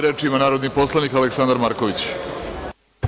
Reč ima narodni poslanik Aleksandar Marković.